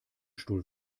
stuhl